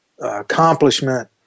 accomplishment